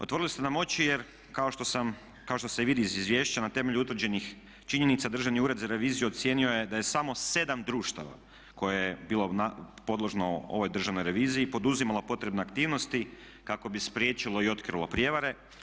Otvorili ste nam oči jer kao što se i vidi iz izvješća na temelju utvrđenih činjenica Državni ured za reviziju ocijenio je da je samo 7 društava koje je bilo podložno ovoj državnoj reviziji poduzimalo potrebne aktivnosti kako bi spriječilo i otkrilo prijevare.